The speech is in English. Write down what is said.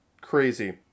crazy